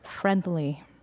friendly